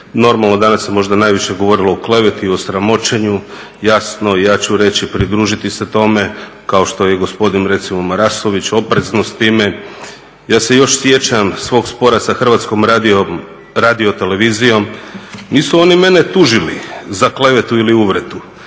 Normalno, danas se možda najviše govorilo o kleveti i o sramoćenju. Jasno ja ću reći, pridružiti se tome kao što je i gospodin recimo Marasović oprezno s time. Ja se još sjećam svog spora sa Hrvatskom radiotelevizijom. Nisu oni mene tužili za klevetu ili uvredu